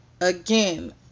Again